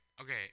Okay